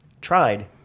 tried